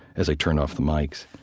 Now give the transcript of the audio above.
as i turned off the mics,